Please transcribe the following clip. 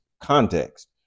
context